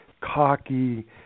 cocky